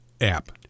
app